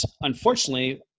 unfortunately